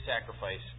sacrifice